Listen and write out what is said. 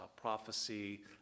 prophecy